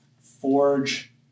forge